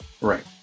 Right